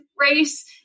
race